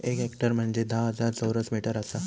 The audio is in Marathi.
एक हेक्टर म्हंजे धा हजार चौरस मीटर आसा